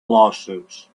lawsuits